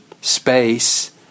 space